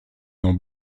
dans